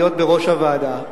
להיות בראש הוועדה,